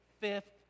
Fifth